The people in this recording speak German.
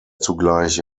zugleich